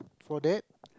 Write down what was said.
for that